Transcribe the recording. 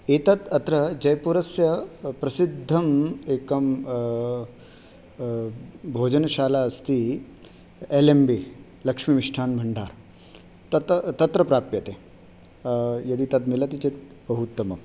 एतत् अत्र जयपुरस्य प्रसिद्धम् एकं भोजनशाला अस्ति एल् एम् बी लक्ष्मीमिष्टान्नभाण्डारः तत्र तत्र प्राप्यते यदि तद् मिलति चेत् बहु उत्तमम्